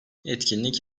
etkinlik